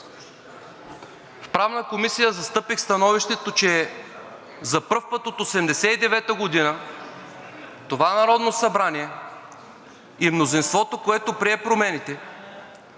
в Правната комисия застъпих становището, че за пръв път от 1989 г. това Народно събрание и мнозинството, което прие промените,